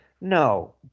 No